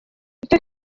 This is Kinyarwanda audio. ico